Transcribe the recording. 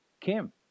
Kim